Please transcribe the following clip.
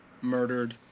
murdered